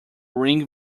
ring